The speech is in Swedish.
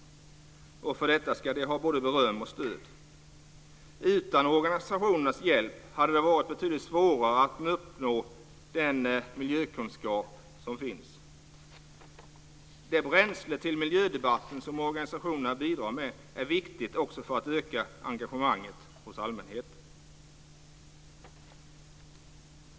För detta ska de ha både beröm och stöd. Utan organisationernas hjälp hade det varit betydligt svårare att uppnå den miljökunskap som finns. Det bränsle till miljödebatten som organisationerna bidrar med är viktigt också för att öka engagemanget hos allmänheten.